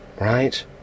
right